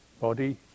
body